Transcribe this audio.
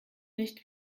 nicht